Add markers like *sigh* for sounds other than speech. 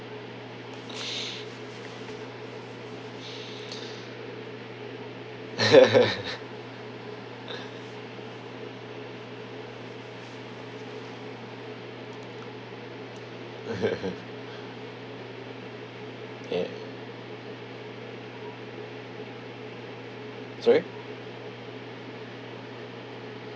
*laughs* *laughs* ya sorry